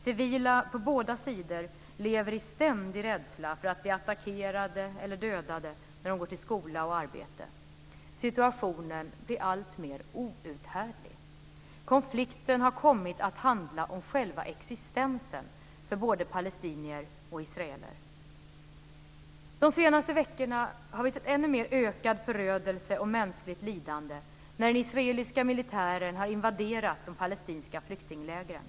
Civila på båda sidor lever i ständig rädsla för att bli attackerade eller dödade när de går till skola och arbete. Situationen blir alltmer outhärdlig. Konflikten har kommit att handla om själva existensen för både palestinier och israeler. De senaste veckorna har vi sett ännu mer ökad förödelse och mänskligt lidande när den israeliska militären har invaderat de palestinska flyktinglägren.